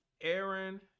Aaron